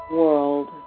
world